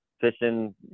fishing